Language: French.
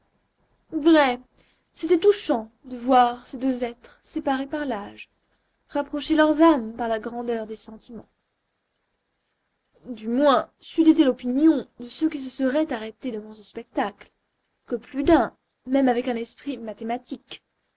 vrai c'était touchant de voir ces deux êtres séparés par l'âge rapprocher leurs âmes par la grandeur des sentiments du moins c'eût été l'opinion de ceux qui se seraient arrêtés devant ce spectacle que plus d'un même avec un esprit mathématique